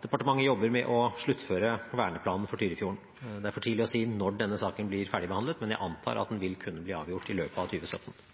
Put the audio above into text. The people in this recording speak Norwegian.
Departementet jobber med å sluttføre verneplanen for Tyrifjorden. Det er for tidlig å si når denne saken blir ferdigbehandlet, men jeg antar at den vil kunne bli avgjort i løpet av 2017.